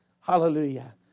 Hallelujah